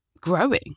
growing